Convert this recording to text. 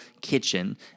kitchen